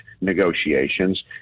negotiations